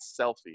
selfie